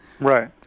Right